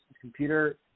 computer